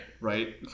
right